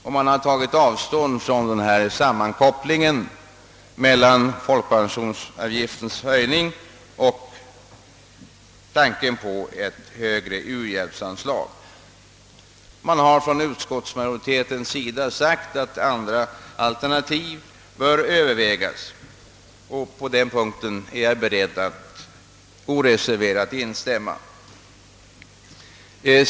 Man har också tagit avstånd från sammankopplingen mellan folkpensionsavgiftens höjning och tanken på ett högre u-hjälpsanslag. Från utskottsmajoritetens sida har man nu sagt att andra alternativ bör övervägas, och på den punkten är jag beredd att oreserverat instämma.